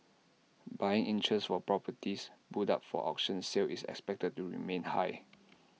buying interest for properties put up for auction sale is expected to remain high